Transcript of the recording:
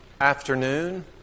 afternoon